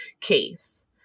case